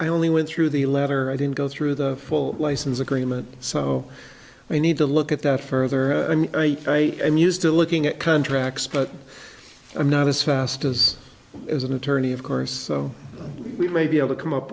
only went through the letter i didn't go through the full license agreement so i need to look at that further i'm used to looking at contracts but i'm not as fast as is an attorney of course so we may be able to come up